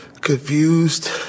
confused